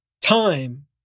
time